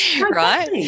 Right